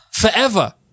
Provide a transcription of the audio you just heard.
Forever